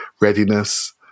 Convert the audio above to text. readiness